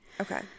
Okay